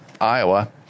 Iowa